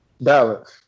Balance